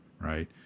right